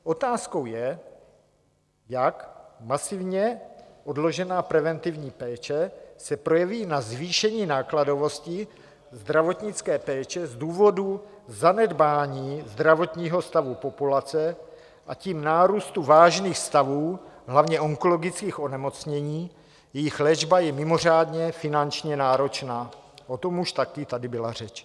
Otázkou je, jak masivně odložená preventivní péče se projeví na zvýšení nákladovosti zdravotnické péče z důvodu zanedbání zdravotního stavu populace, a tím nárůstu vážných stavů, hlavně onkologických onemocnění, jejichž léčba je mimořádně finančně náročná, o tom už taky tady byla řeč.